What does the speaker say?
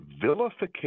vilification